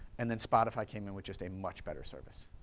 and then spotify came in, which is a much better service.